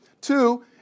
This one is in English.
Two